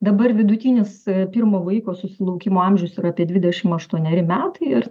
dabar vidutinis pirmo vaiko susilaukimo amžius yra apie dvidešim aštuoneri metai ir